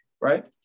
right